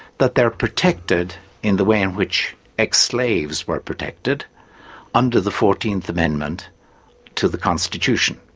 that they're protected in the way in which ex-slaves were protected under the fourteenth amendment to the constitution,